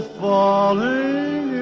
falling